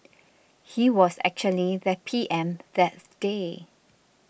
he was actually the P M that day